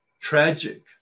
tragic